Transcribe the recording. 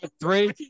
three